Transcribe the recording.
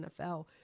NFL